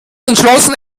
entschlossen